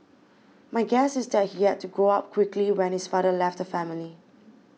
my guess is that he had to grow up quickly when his father left the family